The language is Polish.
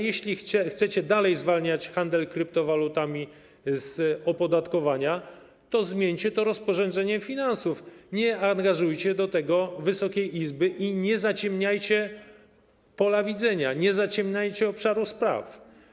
Jeśli chcecie dalej zwalniać handel kryptowalutami z opodatkowania, to zmieńcie to rozporządzenie ministra finansów, a nie angażujcie do tego Wysokiej Izby i nie zaciemniajcie pola widzenia, nie zaciemniajcie obszaru spraw.